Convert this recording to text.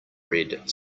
red